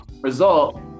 result